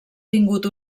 tingut